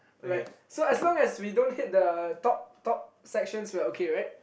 right so as long as we don't hit top top sections we're okay right right